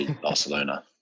barcelona